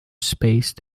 spaced